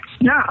no